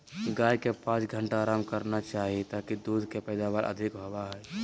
गाय के पांच घंटा आराम करना चाही ताकि दूध के पैदावार अधिक होबय